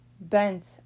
bent